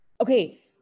okay